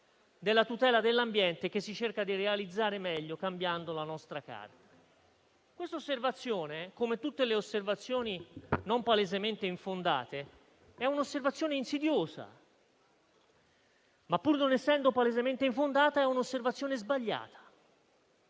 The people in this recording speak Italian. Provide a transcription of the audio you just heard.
tutela dell'ambiente, che noi cerchiamo di realizzare meglio modificando la nostra Carta. Questa osservazione, come tutte le osservazioni non palesemente infondate, è insidiosa, ma, pur non essendo palesemente infondata, è un'osservazione sbagliata.